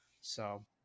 So-